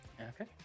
Okay